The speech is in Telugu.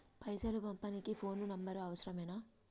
పైసలు పంపనీకి ఫోను నంబరు అవసరమేనా?